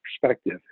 perspective